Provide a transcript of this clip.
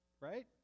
right